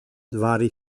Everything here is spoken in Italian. vari